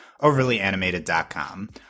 OverlyAnimated.com